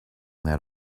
that